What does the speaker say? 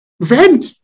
vent